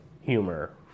humor